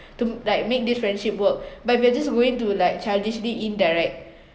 to like make this friendship work but if are just going to like childishly indirect